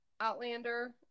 Outlander